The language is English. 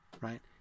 right